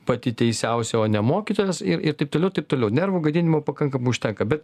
pati teisiausia o ne mokytojas ir ir taip toliau ir taip toliau nervų gadinimo pakankamai užtenka bet